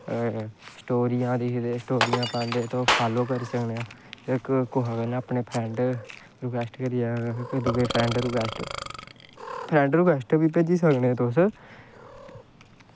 ते स्टोरियां दिखदे ते स्टोरियां पांदे ते तुस फालो करी सकने इक कुसै कन्नै फ्रैंड रिकवैस्ट करियै फ्रैंड रिकवैस्ट बी भेजी सकने तुस